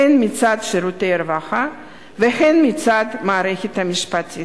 הן מצד שירותי הרווחה והן מצד המערכת המשפטית.